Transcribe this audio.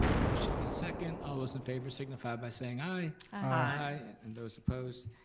um motion and a second, all those in favor signify by saying aye. aye. and those opposed,